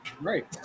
Right